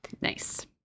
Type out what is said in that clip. Nice